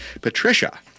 Patricia